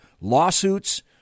lawsuits